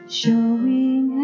showing